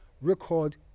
record